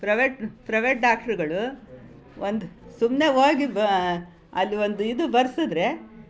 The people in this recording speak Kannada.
ಪ್ರೈವೇಟ್ ಪ್ರೈವೇಟ್ ಡಾಕ್ಟ್ರುಗಳು ಒಂದು ಸುಮ್ಮನೆ ಹೋಗಿ ಬಾ ಅಲ್ಲಿ ಒಂದು ಇದು ಬರೆಸಿದ್ರೆ